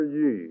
ye